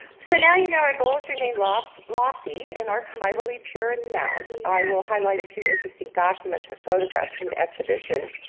so now you know our goals remain lofty lofty and archivally pure and sound. i will highlight a few interesting documents and photographs from the exhibition.